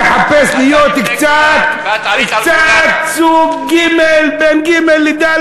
אני מחפש להיות קצת, קצת סוג ג', בין ג' לד'.